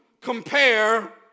compare